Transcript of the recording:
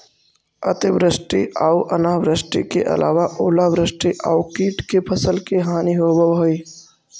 अतिवृष्टि आऊ अनावृष्टि के अलावा ओलावृष्टि आउ कीट से फसल के हानि होवऽ हइ